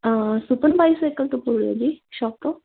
super bicycle ਤੋਂ ਬੋਲ ਰਹੇ ਹੋ ਜੀ ਸ਼ੋਪ ਤੋਂ